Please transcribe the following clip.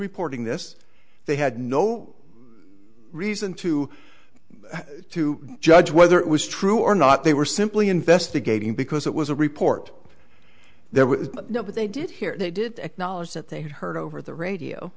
reporting this they had no reason to to judge whether it was true or not they were simply investigating because it was a report there was no but they did hear they did acknowledge that they had heard over the radio